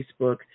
Facebook